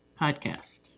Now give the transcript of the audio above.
podcast